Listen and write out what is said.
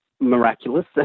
miraculous